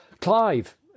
Clive